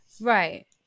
right